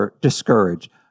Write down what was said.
discouraged